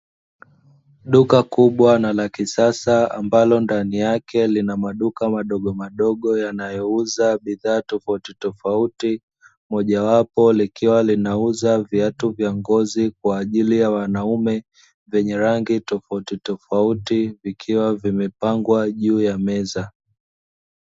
Duka kubwa na la kisasa ambalo ndani yake lina maduka madogomadogo yanayouza bidhaa tofauti, mojawapo likiwa linauza viatu vya ngozi kwa ajili ya wanaume, vyenye rangi tofautitofauti vikiwa vimepangwa juu ya meza.